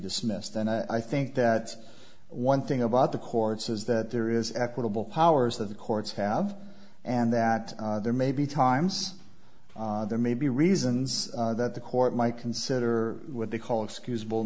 dismissed and i think that one thing about the courts is that there is equitable powers that the courts have and that there may be times there may be reasons that the court might consider what they call excusable